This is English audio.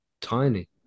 Tiny